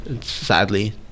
sadly